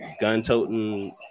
gun-toting